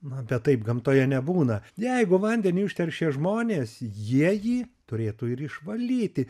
na bet taip gamtoje nebūna jeigu vandenį užteršia žmonės jie jį turėtų ir išvalyti